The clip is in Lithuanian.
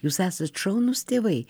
jūs esat šaunūs tėvai